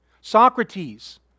Socrates